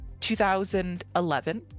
2011